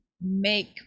make